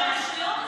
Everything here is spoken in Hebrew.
זה ראשי רשויות,